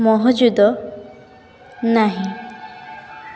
ମହଜୁଦ ନାହିଁ